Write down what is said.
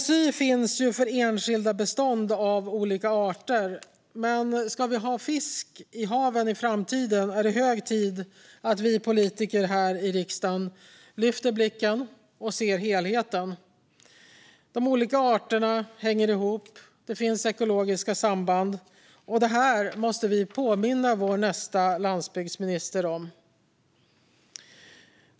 MSY finns för enskilda bestånd av olika arter, men om vi ska ha fisk i haven i framtiden är det hög tid att vi politiker här i riksdagen lyfter blicken och ser helheten. De olika arterna hänger ihop. Det finns ekologiska samband. Detta måste vi påminna nästa landsbygdsminister om.